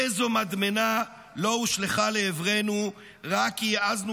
איזו מדמנה לא הושלכה לעברנו רק כי העזנו